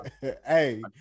Hey